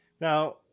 Now